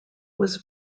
was